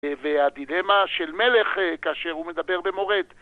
והדילמה של מלך כאשר הוא מדבר במורד.